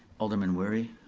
alderman wery?